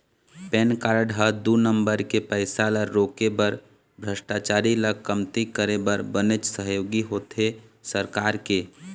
PAN card ह दू number के पइसा ल रोके बर भस्टाचारी ल कमती करे बर बनेच सहयोगी होथे सरकार के